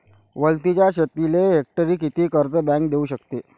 वलताच्या शेतीले हेक्टरी किती कर्ज बँक देऊ शकते?